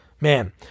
man